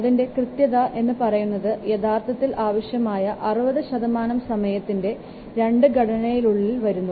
അതിൻറെ കൃത്യത എന്ന് പറയുന്നത് യഥാർത്ഥത്തിൽ ആവശ്യമായ 60 ശതമാനം സമയത്തിന്റെ രണ്ട് ഘടകത്തിനുള്ളിൽ വരും